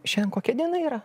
šiandien kokia diena yra